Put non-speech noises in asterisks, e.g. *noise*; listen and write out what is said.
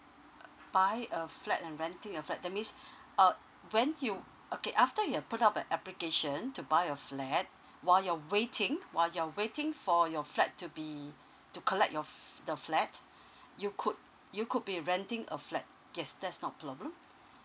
uh buy a flat and renting a flat that means *breath* uh went you okay after you've put up a application to buy a flat while you're waiting while you're waiting for your flat to be to collect your f~ the flat *breath* you could you could be renting a flat yes that's not problem